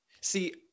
See